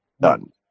Done